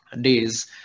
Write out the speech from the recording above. days